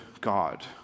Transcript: God